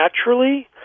naturally